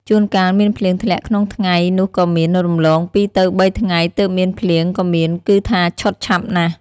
ជួនកាលមានភ្លៀងធ្លាក់ក្នុងថ្ងៃ នោះក៏មាន រំលង ២-៣ ថ្ងៃ ទើបមានភ្លៀងក៏មាន គឺថាឆុតឆាប់ណាស់ ។